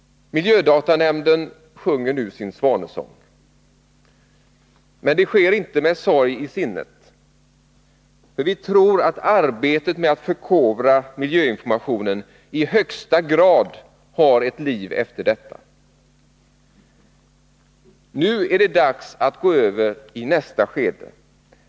Miljödatanämnden sjunger nu sin svanesång. Men det sker inte med sorg i sinnet. Tvärtom tror vi att arbetet med att förkovra miljöinformationen i högsta grad har ett liv efter detta. Nu är det dags att gå över i nästa skede.